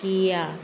Tiago